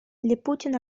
липутин